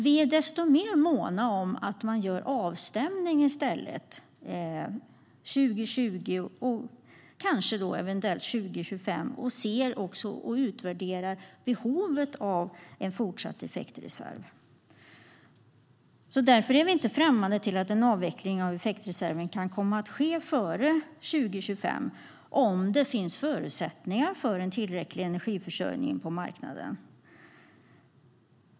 Vi är desto mer måna om att man gör en avstämning 2020 och eventuellt 2025 och utvärderar behovet av en fortsatt effektreserv. Därför är vi inte främmande för att en avveckling av effektreserven kan komma att ske före 2025, om det finns förutsättningar för en tillräcklig energiförsörjning på marknaden.